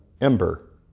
ember